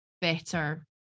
better